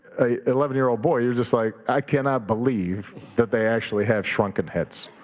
a eleven year old boy, you're just like i cannot believe that they actually have shrunken heads.